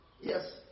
yes